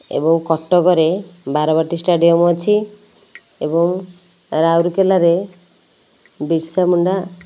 ଏବଂ କଟକରେ ବାରବାଟି ଷ୍ଟାଡ଼ିୟମ ଅଛି ଏବଂ ରାଉରକେଲାରେ ବିର୍ସାମୁଣ୍ଡା